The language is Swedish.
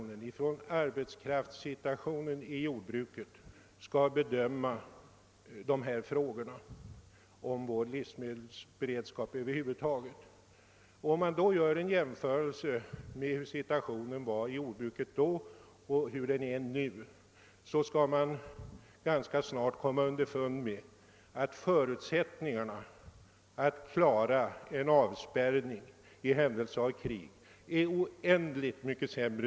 Jag tror att frågorna om vår livsmedelsberedskap måste bedömas med hänsyn till arbetskraftssituationen inom jordbruket. Om man gör en jämförelse mellan hurudan situationen i jordbruket var då och hurudan den är nu kommer man snart underfund med att förutsättningarna för att klara en avspärrning i händelse av krig har blivit avgjort sämre.